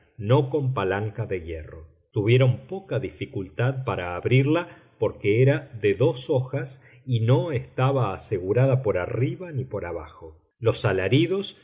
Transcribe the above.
no con palanca de hierro tuvieron poca dificultad para abrirla porque era de dos hojas y no estaba asegurada por arriba ni por abajo los alaridos